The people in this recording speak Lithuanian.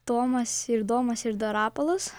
tomas ir domas ir dar rapolas